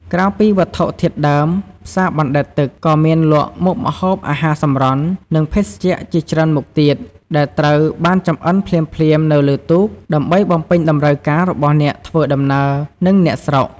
ក្រៅពីវត្ថុធាតុដើម ផ្សារបណ្តែតទឹកក៏មានលក់មុខម្ហូបអាហារសម្រន់ និងភេសជ្ជៈជាច្រើនមុខទៀត ដែលត្រូវបានចម្អិនភ្លាមៗនៅលើទូក ដើម្បីបំពេញតម្រូវការរបស់អ្នកធ្វើដំណើរ និងអ្នកស្រុក។